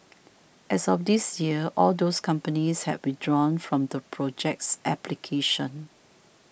as of this year all of those companies had withdrawn from the project's application